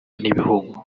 n’ibihugu